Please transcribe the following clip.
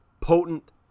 potent